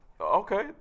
Okay